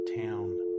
town